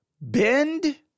Bend